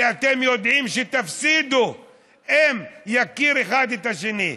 כי אתם יודעים שתפסידו אם יכירו אחד את השני.